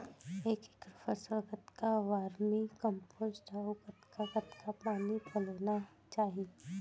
एक एकड़ फसल कतका वर्मीकम्पोस्ट अऊ कतका कतका पानी पलोना चाही?